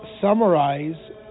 summarize